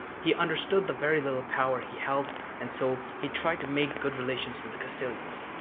he understood the very little power he held and so, he tried to make good relations with the castilians.